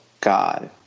god